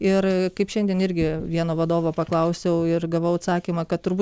ir kaip šiandien irgi vieno vadovo paklausiau ir gavau atsakymą kad turbūt